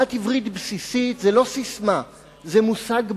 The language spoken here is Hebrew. ידיעת עברית בסיסית זה לא ססמה, זה מושג בחוק.